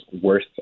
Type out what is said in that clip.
worth